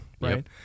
Right